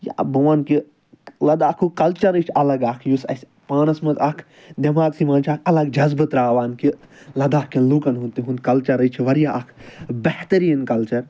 یہِ بہٕ وَنہٕ کہِ لَداخُک کَلچرٕے چھُ اَلگ اکھ یُس اَسہِ پانَس منٛز اکھ دٮ۪ماغسٕے منٛز چھُ اکھ اَلگ جزبہٕ ترٛاوان کہِ لَداخ کٮ۪ن لُکَن ہُند تِہُنٛد کَلچرٕے چھِ واریاہ اکھ بہتٔریٖن کَلچر